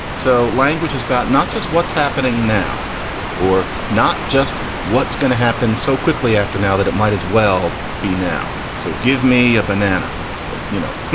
so language is about not just what's happening now or not just what's going to happen so quickly after now that it might as well be now. so give me a banana or, you know,